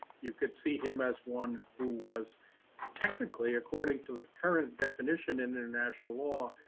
you could see him as one who was technically according to the current definition in international law,